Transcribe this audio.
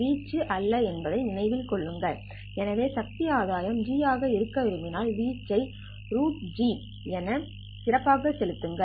வீச்சு அல்ல என்பதை நினைவில் கொள்ளுங்கள் எனவே சக்தி ஆதாயம் G ஆக இருக்க விரும்பினால் வீச்சு ஐ G என சிறப்பாக செலுத்துங்கள்